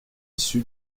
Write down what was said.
issu